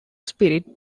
spirit